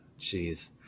Jeez